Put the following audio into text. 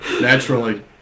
Naturally